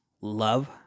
love